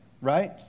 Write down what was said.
right